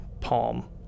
palm